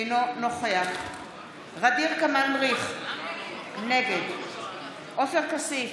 אינו נוכח ע'דיר כמאל מריח, נגד עופר כסיף,